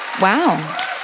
Wow